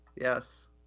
yes